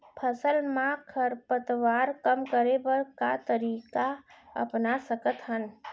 फसल मा खरपतवार कम करे बर का तरीका अपना सकत हन?